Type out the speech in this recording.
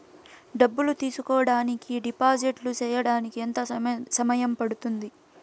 డబ్బులు తీసుకోడానికి డిపాజిట్లు సేయడానికి ఎంత సమయం పడ్తుంది